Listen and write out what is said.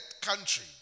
country